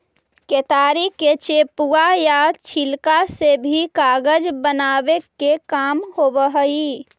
केतारी के चेपुआ या छिलका से भी कागज बनावे के काम होवऽ हई